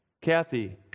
Kathy